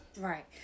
Right